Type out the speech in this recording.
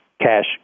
cash